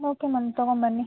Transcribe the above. okay ma'am ತಗೊಂಡ್ಬನ್ನಿ